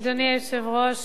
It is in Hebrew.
אדוני היושב-ראש,